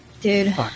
Dude